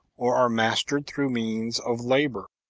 or are mastered through means of labour,